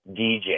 DJ